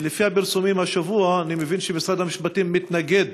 ולפי הפרסומים השבוע אני מבין שמשרד המשפטים מתנגד